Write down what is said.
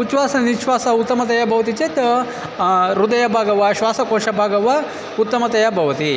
उच्छ्वासः निश्वासः उत्तमतया भवति चेत् हृदयभागः वा श्वासकोशभागः वा उत्तमतया भवति